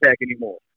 anymore